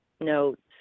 notes